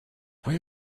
where